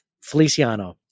Feliciano